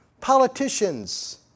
politicians